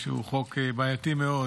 שהוא חוק בעייתי מאוד